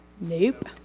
Nope